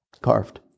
carved